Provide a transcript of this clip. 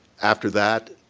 after that,